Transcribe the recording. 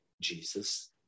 Jesus